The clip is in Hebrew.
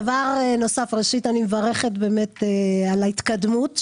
ראשית, אני מברכת באמת על ההתקדמות החשובה.